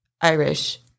Irish